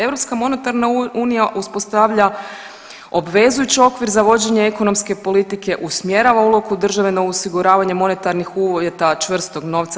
Europska monetarna unija uspostavlja obvezujući okvir za vođenje ekonomske politike, usmjerava ulogu države na osiguravanje monetarnih uvjeta, čvrstog novca.